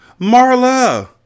Marla